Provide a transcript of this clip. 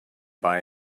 buy